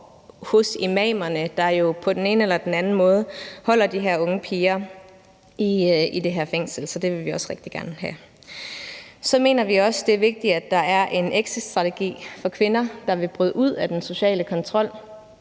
hos imamerne, der jo på den ene eller den anden måde holder de her unge piger i det her fængsel. Så det vil vi også rigtig gerne have. Så mener vi også, det er vigtigt, at der er en exitstrategi for kvinder, der vil bryde ud af den sociale kontrol.